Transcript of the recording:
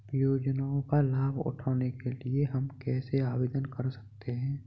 योजनाओं का लाभ उठाने के लिए हम कैसे आवेदन कर सकते हैं?